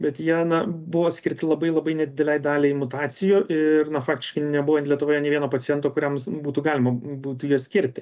bet jie na buvo skirti labai labai nedidelei daliai mutacijų ir nuo faktiškai nebuvo lietuvoje nė vieno paciento kuriems būtų galima būtų juos skirti